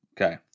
Okay